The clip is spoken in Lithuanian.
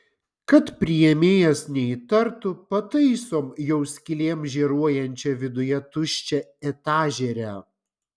kad priėmėjas neįtartų pataisom jau skylėm žėruojančią viduje tuščią etažerę